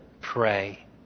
pray